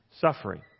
suffering